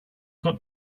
got